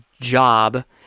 job